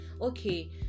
okay